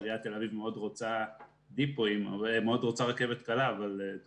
עיריית תל אביב מאוד רוצה רכבת קלה אבל את